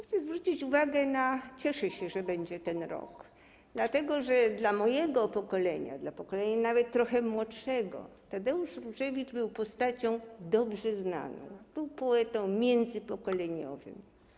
Chcę zwrócić no to uwagę, cieszę się, że będzie ten rok, dlatego że dla mojego pokolenia, dla pokolenia nawet trochę młodszego Tadeusz Różewicz był postacią dobrze znaną, był poetą międzypokoleniowym.